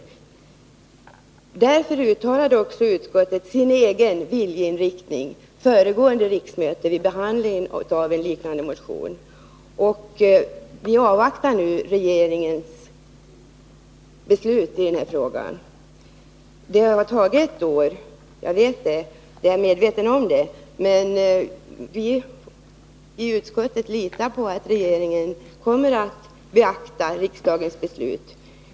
Utskottet uttalade också sin egen viljeinriktning vid behandlingen av en liknande motion under föregående riksmöte. Vi avvaktar nu regeringens beslut i den här frågan. Det har tagit ett år — jag är medveten om det — men vi i utskottet litar på att regeringen kommer att beakta riksdagens beslut.